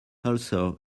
also